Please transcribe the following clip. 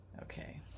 okay